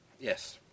Yes